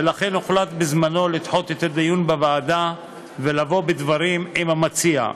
ולכן הוחלט בזמנו לדחות את הדיון בוועדה ולבוא בדברים עם המציע.